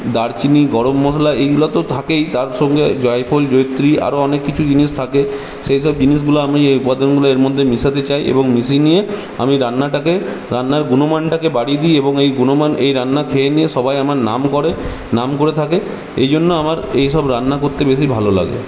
দারচিনি গরম মশলা এগুলো তো থাকেই তার সঙ্গে জয়ফল জয়িত্রী আরও অনেক কিছু জিনিস থাকে সেইসব জিনিসগুলো আমি এই উপাদানগুলো এর মধ্যে মেশাতে চাই এবং মিশিয়ে নিয়ে আমি রান্নাটাকে রান্নার গুণমানটাকে বাড়িয়ে দিই এবং এই গুণমান এই রান্না খেয়ে নিয়ে সবাই আমার নাম করে নাম করে থাকে এইজন্য আমার এইসব রান্না করতে বেশি ভালো লাগে